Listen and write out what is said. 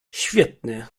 świetny